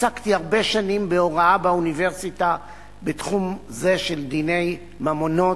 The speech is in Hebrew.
עסקתי הרבה שנים בהוראה באוניברסיטה בתחום זה של דיני ממונות,